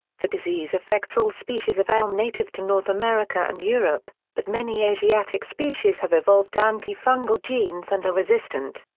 the disease affects all species of elm native to north america and europe, but many asiatic species have evolved anti-fungal genes and are resistant.